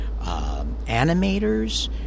animators